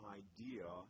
idea